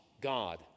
god